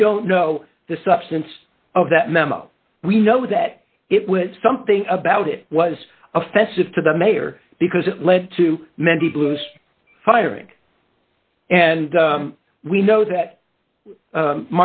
we don't know the substance of that memo we know that it was something about it was offensive to the mayor because it led to many blues hiring and we know that